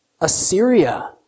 Assyria